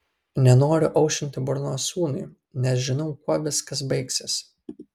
nenoriu aušinti burnos sūnui nes žinau kuo viskas baigsis